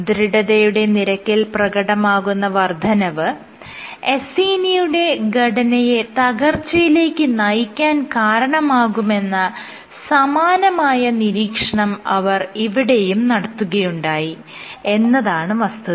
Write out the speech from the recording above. ദൃഢതയുടെ നിരക്കിൽ പ്രകടമാകുന്ന വർദ്ധനവ് അസീനിയുടെ ഘടനയെ തകർച്ചയിലേക്ക് നയിക്കാൻ കാരണമാകുമെന്ന സമാനമായ നിരീക്ഷണം അവർ ഇവിടെയും നടത്തുകയുണ്ടായി എന്നതാണ് വസ്തുത